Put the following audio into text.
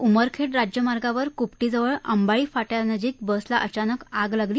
उमरखेड राज्यमार्गावर कृपटीजवळ अंबाळी फाट्यानजीक बसला अचानक आग लागली